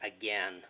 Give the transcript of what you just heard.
again